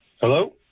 Hello